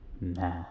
nah